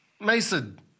Mason